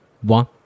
One